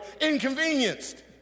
inconvenienced